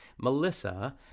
Melissa